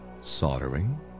soldering